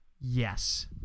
yes